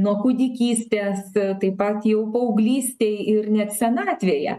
nuo kūdikystės taip pat jau paauglystėj ir net senatvėje